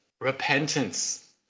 repentance